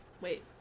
wait